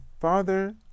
father